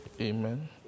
Amen